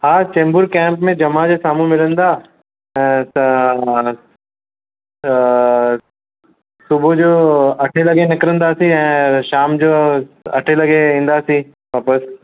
हा चेम्बूर कैंप में जमा जे साम्हूं मिलंदा ऐं त सुबुह जो अठे लॻे निकिरंदासी ऐं शाम जो अठे लॻे ईंदासी वापसि